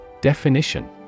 Definition